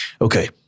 Okay